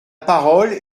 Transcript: parole